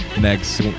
next